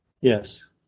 Yes